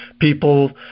People